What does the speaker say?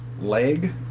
leg